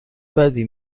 بدی